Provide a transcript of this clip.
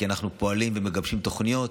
כי אנחנו פועלים ומגבשים תוכניות.